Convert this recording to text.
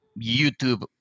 YouTube